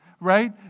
right